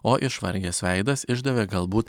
o išvargęs veidas išdavė galbūt